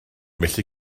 felly